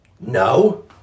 No